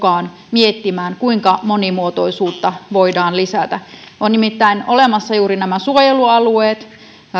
otettu mukaan miettimään kuinka monimuotoisuutta voidaan lisätä on nimittäin olemassa juuri nämä suojelualueet